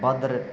ਵਾਧਰ